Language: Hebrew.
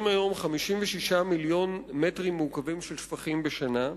היום 56 מיליון מטרים מעוקבים של שפכים בשנה,